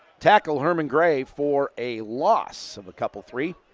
tackle herman gray for a loss of a couple three.